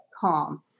calm